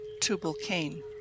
Tubal-Cain